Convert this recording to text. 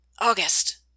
August